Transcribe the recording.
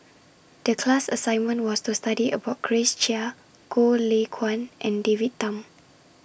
The class assignment was to study about Grace Chia Goh Lay Kuan and David Tham